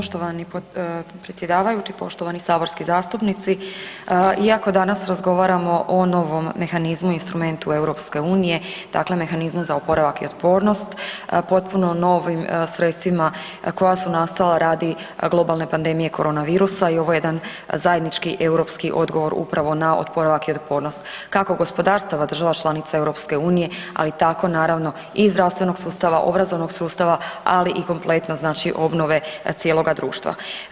Poštovani predsjedavajući, poštovani saborski zastupnici iako danas razgovaramo o novom mehanizmu, instrumentu EU, dakle mehanizmu za oporavak i otpornost, potpuno novim sredstvima koja su nastala radi globalne pandemije korona virusa i ovo je jedan zajednički europski odgovor upravo na oporavak i otpornost kako gospodarstava država članica EU, ali tako naravno i zdravstvenog sustava, obrazovnog sustava, ali i kompletno znači obnove cijeloga društva.